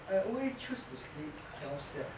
I always choose to sleep downstairs